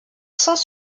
sans